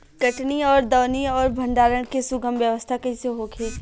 कटनी और दौनी और भंडारण के सुगम व्यवस्था कईसे होखे?